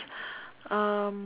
um